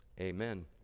Amen